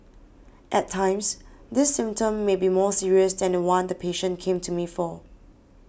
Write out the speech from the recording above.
at times this symptom may be more serious than the one the patient came to me for